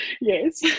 Yes